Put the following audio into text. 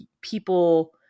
people